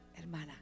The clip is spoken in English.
hermana